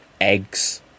eggs